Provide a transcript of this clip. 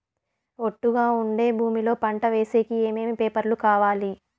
ఒట్టుగా ఉండే భూమి లో పంట వేసేకి ఏమేమి పేపర్లు కావాలి?